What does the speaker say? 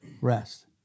rest